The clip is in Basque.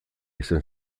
izan